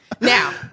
Now